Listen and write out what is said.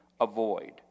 avoid